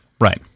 right